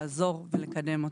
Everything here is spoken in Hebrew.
לעזור ולקדם אותו,